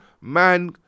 man